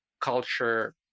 culture